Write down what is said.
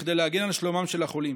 כדי להגן על שלומם של החולים.